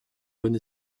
bonne